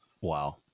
Wow